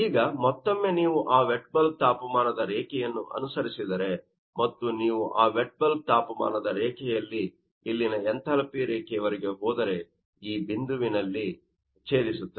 ಈಗ ಮತ್ತೊಮ್ಮೆ ನೀವು ಆ ವೆಟ್ ಬಲ್ಬ್ ತಾಪಮಾನದ ರೇಖೆಯನ್ನು ಅನುಸರಿಸಿದರೆ ಮತ್ತು ನೀವು ಆ ವೆಟ್ ಬಲ್ಬ್ ತಾಪಮಾನದ ರೇಖೆಯಲ್ಲಿ ಇಲ್ಲಿನ ಎಂಥಾಲ್ಪಿ ರೇಖೆಯವರೆಗೆ ಹೋದರೆ ಇದು ಈ ಬಿಂದುವಿನಲ್ಲಿ ಛೇದಿಸುತ್ತದೆ